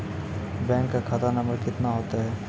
Bank का खाता number कितने होते हैं?